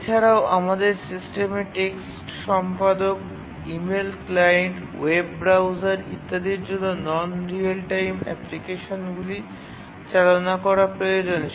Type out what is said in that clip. এছাড়াও আমাদের সিস্টেমে টেক্সট সম্পাদক ইমেল ক্লায়েন্ট ওয়েব ব্রাউজার ইত্যাদির জন্য নন রিয়েল টাইম অ্যাপ্লিকেশনগুলি চালনা করা প্রয়োজন